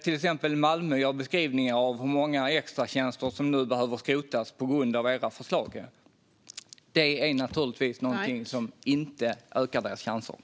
Till exempel beskriver Malmö hur många extratjänster som måste skrotas på grund av dessa förslag, och detta ökar givetvis inte chanserna.